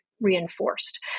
reinforced